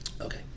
okay